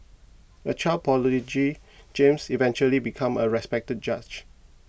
a child prodigy James eventually become a respected judge